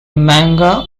manga